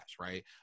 right